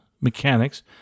mechanics